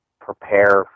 prepare